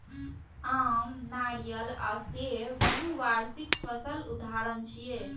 आम, नारियल आ सेब बहुवार्षिक फसलक उदाहरण छियै